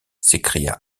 s’écria